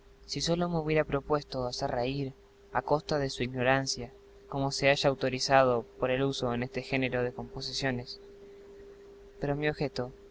si sólo me hubiera propuesto hacer reír a costa de su ignorancia como se halla autorizado por el uso en este género de composiciones pero mi objeto